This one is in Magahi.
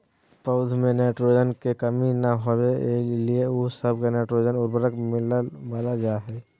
पौध में नाइट्रोजन के कमी न होबे एहि ला उ सब मे नाइट्रोजन उर्वरक मिलावल जा हइ